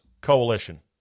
coalition